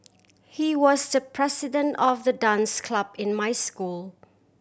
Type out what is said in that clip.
he was the president of the dance club in my school